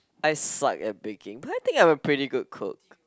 I suck at baking but I think I'm a pretty good cook